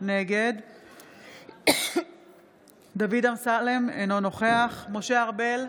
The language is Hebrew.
נגד דוד אמסלם, אינו נוכח משה ארבל,